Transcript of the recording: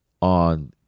on